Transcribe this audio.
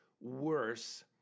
worse